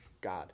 God